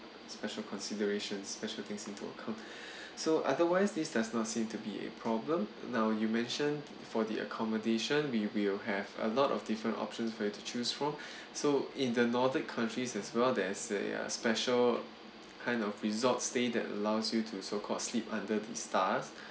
special consideration special things into account so otherwise this does not seem to be a problem now you mention for the accommodation we will have a lot of different options for you to choose from so in the nordic countries as well there's a special kind of resort stay that allows you to so called sleep under the stars